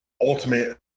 Ultimate